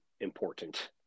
important